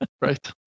Right